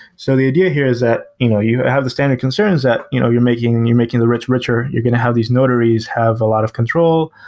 so the idea here is that you know you have the standard concerns is that you know you're making and you're making the rich richer. you're going to have these notaries have a lot of control,